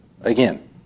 again